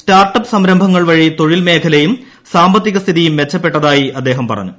start up സംരംഭങ്ങൾ വഴി ത്ട്രിച്ചൽ മേഖലയും സാമ്പത്തിക സ്ഥിതിയും മെച്ചപ്പെട്ടതായി അദ്ദേഹം പറഞ്ഞു